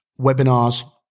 Webinars